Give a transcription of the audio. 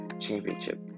championship